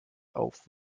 auf